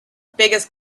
biggest